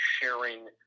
sharing